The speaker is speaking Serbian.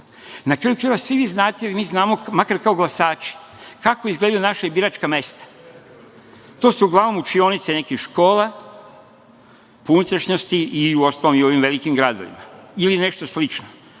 kraju krajeva, svi vi znate i mi znamo, makar kao glasači, kako izgledaju naša biračka mesta. To su uglavnom učionice nekih škola po unutrašnjosti, uostalom i u ovim velim gradovima ili nešto slično.